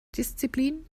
disziplin